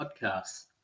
podcasts